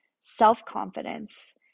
self-confidence